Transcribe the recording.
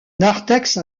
narthex